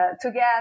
together